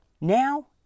Now